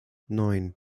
neun